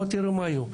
בואו תראו מה יהיה.